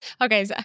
Okay